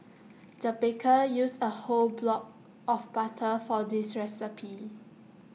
the baker used A whole block of butter for this recipe